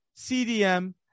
CDM